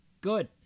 good